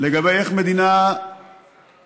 לגבי איך מדינה תקינה